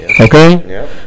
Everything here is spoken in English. Okay